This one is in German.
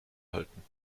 halten